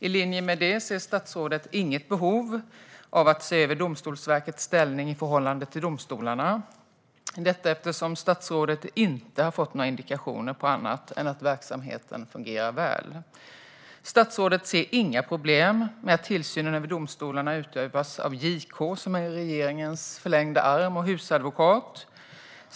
I linje med detta ser statsrådet inget behov att se över Domstolsverkets ställning i förhållande till domstolarna - detta eftersom statsrådet inte har fått några indikationer på annat än att verksamheten fungerar väl. Statsrådet ser inga problem med att tillsynen över domstolarna utövas av JK, som är regeringens förlängda arm och husadvokat.